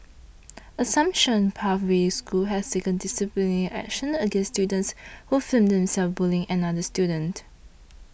Assumption Pathway School has taken disciplinary action against students who filmed themselves bullying another student